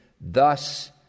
Thus